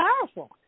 powerful